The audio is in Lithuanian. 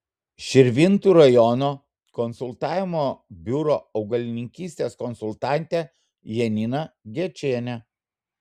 širvintų rajono konsultavimo biuro augalininkystės konsultantė janina gečienė